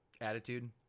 attitude